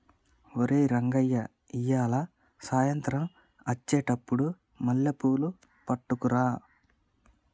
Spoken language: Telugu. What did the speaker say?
ఓయ్ రంగయ్య ఇయ్యాల సాయంత్రం అచ్చెటప్పుడు మల్లెపూలు పట్టుకరా